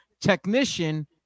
technician